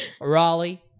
Raleigh